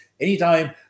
Anytime